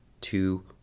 two